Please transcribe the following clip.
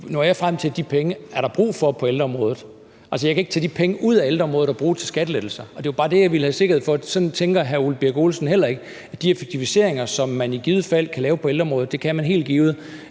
når jeg frem til, at de penge er der brug for på ældreområdet. Altså, jeg kan ikke tage de penge ud af ældreområdet og bruge til skattelettelser. Og det var bare det, jeg ville have sikkerhed for, altså at sådan tænker hr. Ole Birk Olesen heller ikke, og at de effektiviseringer, som man i givet fald kan lave på ældreområdet – og det kan man helt givet